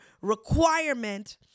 requirement